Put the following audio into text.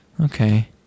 Okay